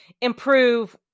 improve